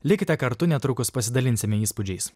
likite kartu netrukus pasidalinsime įspūdžiais